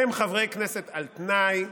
הם חברי כנסת על תנאי.